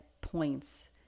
points